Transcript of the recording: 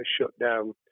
shutdown